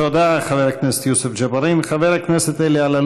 תודה, חבר הכנסת יוסף ג'בארין.